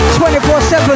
24-7